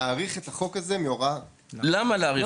להאריך את החוק הזה מהוראה --- למה להאריך אותו?